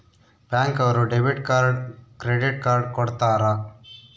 bank ಅವ್ರು debit card credit card ಕೊಡ್ತಾರ